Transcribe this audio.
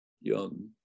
young